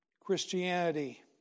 Christianity